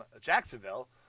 Jacksonville